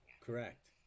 correct